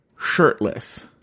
shirtless